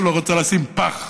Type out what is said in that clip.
שלא רוצה לשים פח,